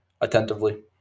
attentively